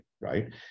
right